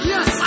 Yes